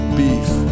beef